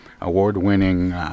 award-winning